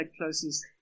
closest